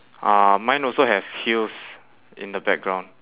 uh mine also have hills in the background